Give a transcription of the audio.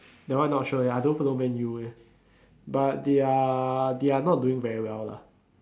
that one I not sure eh I don't follow Man U eh but they're they're not doing very well lah